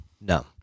No